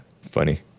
Funny